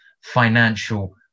financial